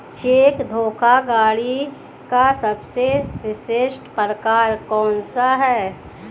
Check धोखाधड़ी का सबसे विशिष्ट प्रकार कौन सा है?